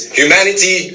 humanity